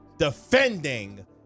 Defending